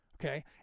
okay